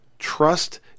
Trust